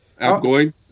outgoing